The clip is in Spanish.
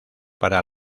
para